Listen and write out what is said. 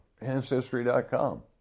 Ancestry.com